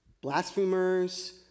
Blasphemers